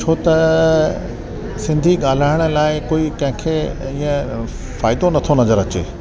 छो त सिंधी ॻाल्हाइण लाइ कोई कंहिंखे ईअं फ़ाइदो नथो नजर अचे